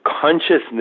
consciousness